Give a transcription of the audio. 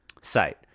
site